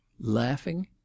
laughing